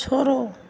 छोड़ो